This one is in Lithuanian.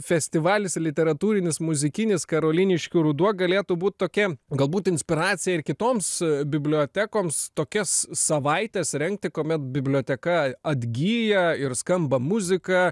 festivalis literatūrinis muzikinis karoliniškių ruduo galėtų būt tokia galbūt inspiracija ir kitoms bibliotekoms tokias savaites rengti kuomet biblioteka atgyja ir skamba muzika